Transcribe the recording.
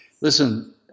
Listen